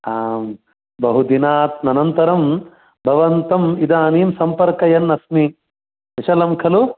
आम् बहु दिनात् अनन्तरं भवन्तम् इदानीं सम्पर्कयन् अस्मि कुशलं खलु